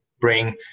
bring